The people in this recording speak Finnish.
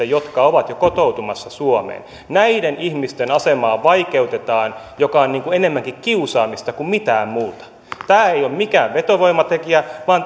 jotka ovat jo kotoutumassa suomeen näiden ihmisten asemaa vaikeutetaan mikä on enemmänkin kiusaamista kuin mitään muuta tämä ei ole mikään vetovoimatekijä vaan